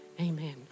Amen